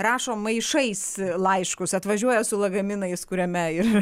rašo maišais laiškus atvažiuoja su lagaminais kuriame ir